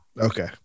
Okay